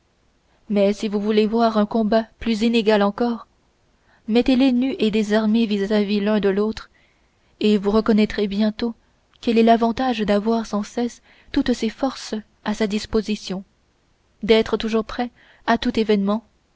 mais si vous voulez voir un combat plus inégal encore mettez-les nus et désarmés vis-à-vis l'un de l'autre et vous reconnaîtrez bientôt quel est l'avantage d'avoir sans cesse toutes ses forces à sa disposition d'être toujours prêt à tout événement